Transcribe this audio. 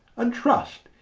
and trust,